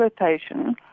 rotation